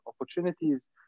Opportunities